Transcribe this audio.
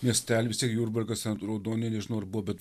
miestely vis tiek jurbarkas ten raudonė nežinau ar buvo bet